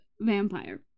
vampire